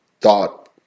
thought